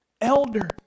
elder